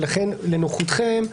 ולכן לנוחיותכם,